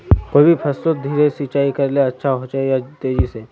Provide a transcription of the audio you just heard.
कोई भी फसलोत धीरे सिंचाई करले अच्छा होचे या तेजी से?